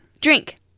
Drink